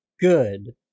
good